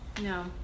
No